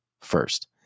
first